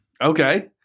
Okay